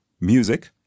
music